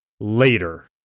later